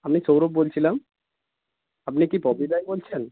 আমি সৌরভ বলছিলাম আপনি কি পপি রায় বলছেন